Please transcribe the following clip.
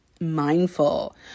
mindful